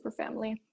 superfamily